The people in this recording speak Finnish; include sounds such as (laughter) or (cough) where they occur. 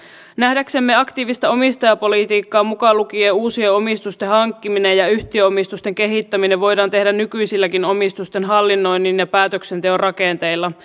nähdäksemme aktiivista omistajapolitiikkaa mukaan lukien uusien omistusten hankkiminen ja yhtiöomistusten kehittäminen voidaan tehdä nykyisilläkin omistusten hallinnoinnin ja päätöksenteon rakenteilla (unintelligible)